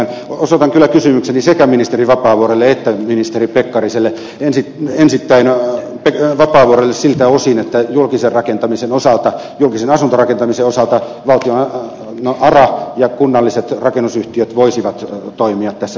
osoitan kyllä kysymykseni sekä ministeri vapaavuorelle että ministeri pekkarisille ensittäin vapaavuorelle siltä osin että julkisen rakentamisen osalta julkisen asuntorakentamisen osalta valtion ara ja kunnalliset rakennusyhtiöt voisivat toimia tässä moottoreina